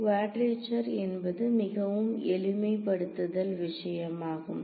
quadrature என்பது மிகவும் எளிமைப்படுத்துதல் விஷயமாகும்